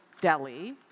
Delhi